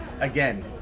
again